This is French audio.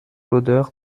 l’odeur